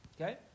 Okay